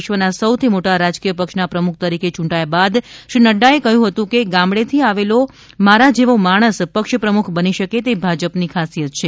વિશ્વના સૌથી મોટા રાજકીય પક્ષના પ્રમુખ તરીકે યૂંટાયા બાદ શ્રી નઙ્ડાએ કહ્યું હતું કે ગામડેથી આવેલો મારા જેવો માણસ પક્ષ પ્રમુખ બની શકે તે ભાજપની ખાસિયત છે